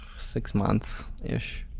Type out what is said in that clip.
six months ish.